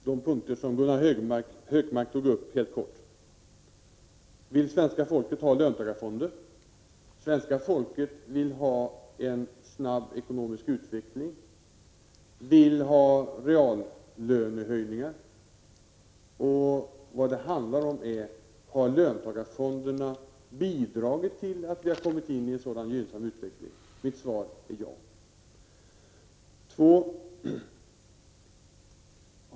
Herr talman! Jag skall helt kort beröra de punkter Gunnar Hökmark tog upp. 1. Vill svenska folket ha löntagarfonder? Svenska folket vill ha en snabb ekonomisk utveckling och reallönehöjningar. Det handlar om huruvida löntagarfonderna bidragit till att vi har kommit in i en sådan gynnsam utveckling. Mitt svar är ja. 2.